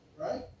right